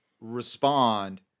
respond